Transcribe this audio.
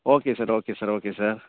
okay sir okay sir okay sir